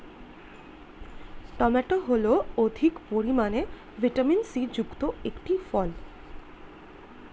tomato হল অধিক পরিমাণে ভিটামিন সি যুক্ত একটি ফল